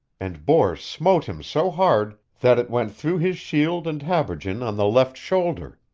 and bors smote him so hard that it went through his shield and habergeon on the left shoulder.